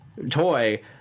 toy